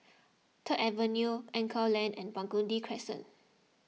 Third Avenue Anchorvale Lane and Burgundy Crescent